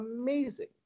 amazing